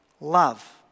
Love